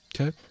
Okay